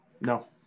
No